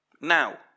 Now